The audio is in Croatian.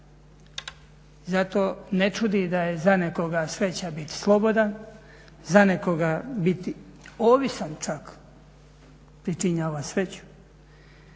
Zato ne čudi da je za nekoga sreća biti slobodan, za nekoga biti ovisan čak pričinjava sreću.